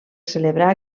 celebrar